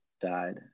died